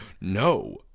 No